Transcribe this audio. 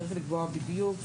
צריך לקבוע בדיוק.